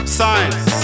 science